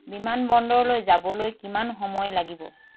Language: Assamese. বিমানবন্দৰলৈ যাবলৈ কিমান সময় লাগিব